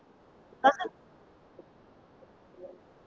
last time